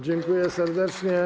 Dziękuję serdecznie.